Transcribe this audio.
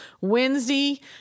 Wednesday